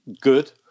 good